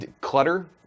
clutter